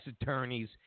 attorneys